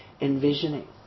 envisioning